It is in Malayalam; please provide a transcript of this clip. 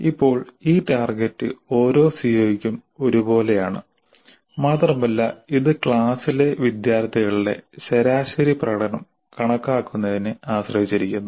ഇപ്പോൾ ഈ ടാർഗെറ്റ് ഓരോ സിഒയ്ക്കും ഒരു പോലെയാണ് മാത്രമല്ല ഇത് ക്ലാസിലെ വിദ്യാർത്ഥികളുടെ ശരാശരി പ്രകടനം കണക്കാക്കുന്നതിനെ ആശ്രയിച്ചിരിക്കുന്നു